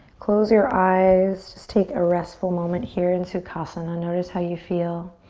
close your eyes. just take a restful moment here in sukhasana. notice how you feel.